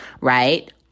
right